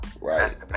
right